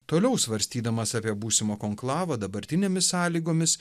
toliau svarstydamas apie būsimą konklavą dabartinėmis sąlygomis